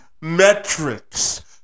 metrics